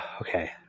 okay